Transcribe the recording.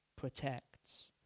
protects